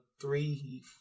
three